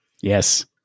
Yes